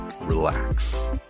relax